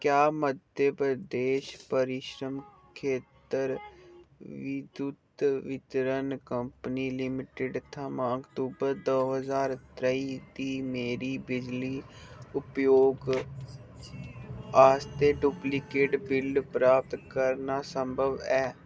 क्या मध्य प्रदेश परिश्रम खेतर विद्युत वितरण कंपनी लिमिटेड थमां अक्तूबर दो ज्हार त्रेई दी मेरी बिजली उपयोग आस्तै डुप्लिकेट बिल प्राप्त करना संभव ऐ